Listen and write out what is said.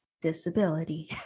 disability